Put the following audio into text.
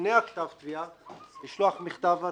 לפני כתב התביעה צריך לשלוח מכתב התראה.